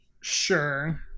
Sure